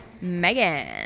Megan